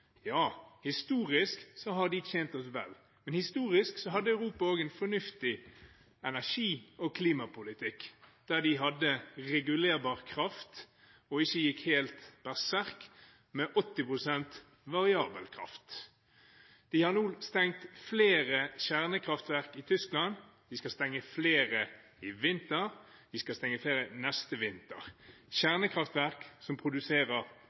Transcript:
Ja, historisk har de tjent oss vel, men historisk hadde Europa også en fornuftig energi- og klimapolitikk, der de hadde regulerbar kraft og ikke gikk helt berserk med 80 pst. variabel kraft. De har nå stengt flere kjernekraftverk i Tyskland, de skal stenge flere i vinter, de skal stenge flere neste vinter – kjernekraftverk som produserer